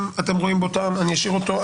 אם אתם רואים בו טעם אני אשאיר אותו.